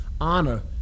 honor